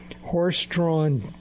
horse-drawn